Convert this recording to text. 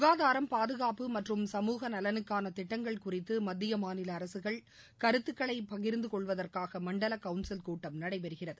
சுகாதாரம் பாதுகாப்பு மற்றம் சமூக நலனுக்கான திட்டங்கள் குறித்து மத்திய மாநில அரசுகள் கருத்துக்களை பகிர்ந்து கொள்வதற்காக மண்டல கவுன்சில் கூட்டம் நடைபெறுகிறது